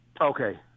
Okay